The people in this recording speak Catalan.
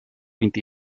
vint